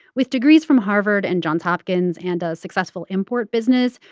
with degrees from harvard and johns hopkins and a successful import business,